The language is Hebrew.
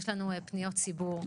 יש לנו פניות ציבור.